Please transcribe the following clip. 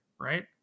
right